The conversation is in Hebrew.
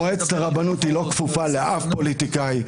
מועצת הרבנות לא כפופה לאף פוליטיקאי,